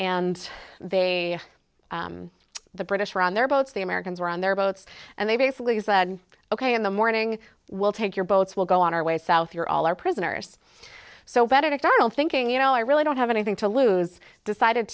and they the british were on their boats the americans were on their boats and they basically ok in the morning we'll take your boats will go on our way south you're all our prisoners so better start thinking you know i really don't have anything to lose decided